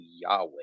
Yahweh